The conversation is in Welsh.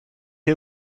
chi